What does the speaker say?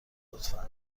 لطفا